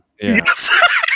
Yes